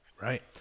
Right